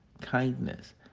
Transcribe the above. kindness